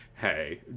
hey